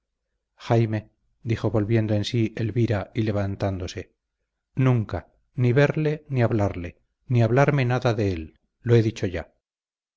jaime dijo volviendo en sí elvira y levantándose nunca ni verle ni hablarle ni hablarme nada de él lo he dicho ya